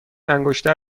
انگشتر